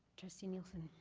trustee nielsen?